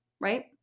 right